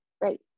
Right